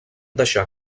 deixar